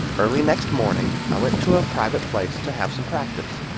early next morning i went to a private place to have some practice.